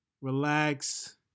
relax